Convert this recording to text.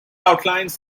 outlines